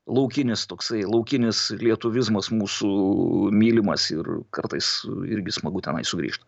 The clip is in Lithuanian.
laukinis toksai laukinis lietuvizmas mūsų mylimas ir kartais irgi smagu tenai sugrįžt